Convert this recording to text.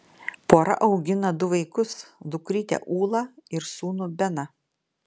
pora augina du vaikus dukrytę ulą ir sūnų beną